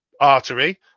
artery